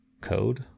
code